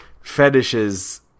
fetishes